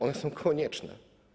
One są konieczne.